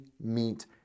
meet